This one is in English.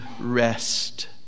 rest